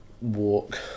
walk